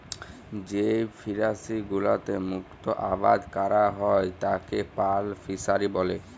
যেই ফিশারি গুলোতে মুক্ত আবাদ ক্যরা হ্যয় তাকে পার্ল ফিসারী ব্যলে